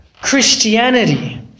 Christianity